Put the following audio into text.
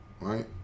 right